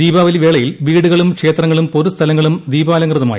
ദീപാവലി വേളയിൽ ്വീടുകളും ക്ഷേത്രങ്ങളും പൊതുസ്ഥലങ്ങളും ദീപാലംകൃതമായി